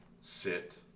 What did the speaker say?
sit